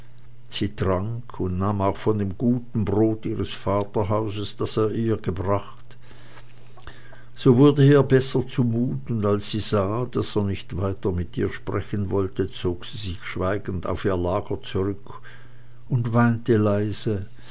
sie trank und nahm auch von dem guten brot ihres vaterhauses das er ihr gebracht so wurde es ihr besser zu mut und als sie sah daß er nicht weiter mit ihr sprechen wollte zog sie sich schweigend auf ihr lager zurück und weinte leise